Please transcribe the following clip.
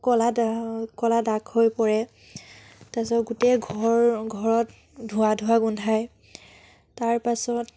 ক'লা দাগ ক'লা দাগ হৈ পৰে তাৰ পাছত গোটেই ঘৰ ঘৰত ধোঁৱা ধোঁৱা গোন্ধায় তাৰ পাছত